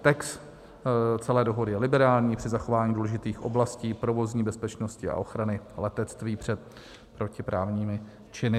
Text celé dohody je liberální při zachování důležitých oblastí provozní bezpečnosti a ochrany letectví před protiprávními činy.